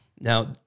now